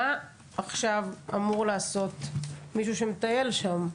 מה עכשיו אמור לעשות מישהו שמטייל שם?